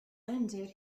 ended